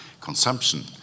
consumption